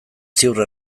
ziur